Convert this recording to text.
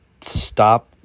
stop